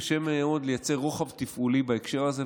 קשה מאוד לייצר רוחב תפעולי בהקשר הזה,